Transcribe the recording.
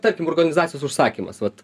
tarkim organizacijos užsakymas vat